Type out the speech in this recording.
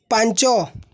ପାଞ୍ଚ